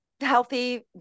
Healthy